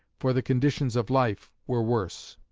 for the conditions of life were worse.